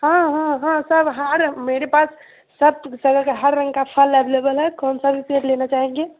हाँ हाँ हाँ सब हर मेरे पास सब कलर का हर रंग का फल अवलेबल है कौन सा भी पेड़ लेना चाहेंगे